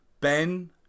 Ben